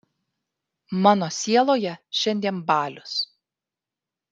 mano sieloje šiandien balius